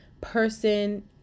person